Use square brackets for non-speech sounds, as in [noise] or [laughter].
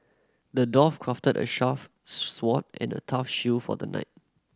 the dwarf crafted a [unintelligible] sword and a tough shield for the knight